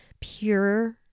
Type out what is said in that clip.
pure